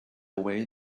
way